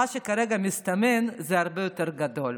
מה שכרגע מסתמן הוא הרבה יותר גדול.